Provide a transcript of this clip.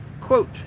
quote